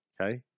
okay